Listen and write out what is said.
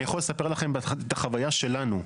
אני יכול לספר לכם את החוויה שלנו.